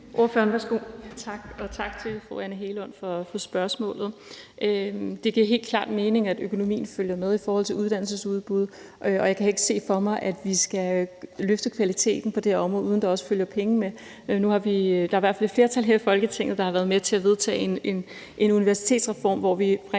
tak til fru Anne Hegelund for spørgsmålet. Det giver helt klart mening, at økonomien følger med i forhold til uddannelsesudbud, og jeg kan ikke se for mig, at vi kan løfte kvaliteten på det her område, uden at der også følger penge med. Der er i hvert fald et flertal her i Folketinget, der har været med til at vedtage en universitetsreform, hvor vi rent